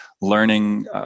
learning